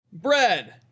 Bread